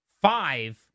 five